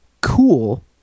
cool